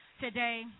today